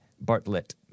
Bartlett